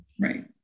right